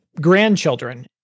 grandchildren